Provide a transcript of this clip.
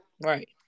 Right